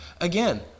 Again